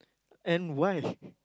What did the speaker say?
and why